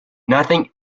nothing